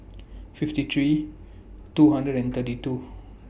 fifty three two hundred and thirty two